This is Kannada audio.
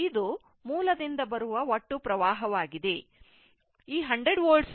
ಇದು ಮೂಲದಿಂದ ಬರುವ ಒಟ್ಟು ವಿದ್ಯುತ್ ಹರಿವು ಆಗಿರುತ್ತದೆ